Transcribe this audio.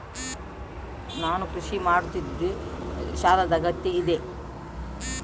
ನಾನು ಕೃಷಿ ಮಾಡುತ್ತಿದ್ದು ಸಾಲದ ಅಗತ್ಯತೆ ಇದೆ?